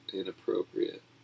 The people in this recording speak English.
inappropriate